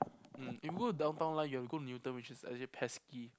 mm if you go Downtown Line you have to go to Newton which is a little pesky